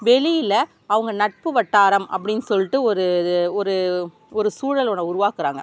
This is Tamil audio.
வெளியில் அவங்க நட்பு வட்டாரம் அப்படின் சொல்லிட்டு ஒரு ஒரு ஒரு சூழல் ஒன்றை உருவாக்குகிறாங்க